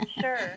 Sure